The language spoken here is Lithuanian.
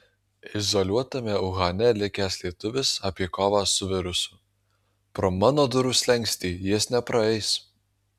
izoliuotame uhane likęs lietuvis apie kovą su virusu pro mano durų slenkstį jis nepraeis